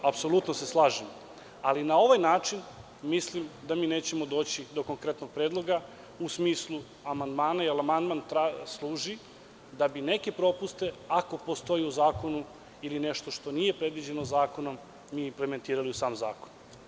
Apsolutno se slažem, ali na ovaj način, mislim da nećemo doći do konkretnog predloga u smislu amandmana, jer amandman služi da bi neke propuste, ako postoje u zakonu ili nešto što nije predviđeno zakonom implementirali u sam zakon.